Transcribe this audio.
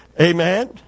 Amen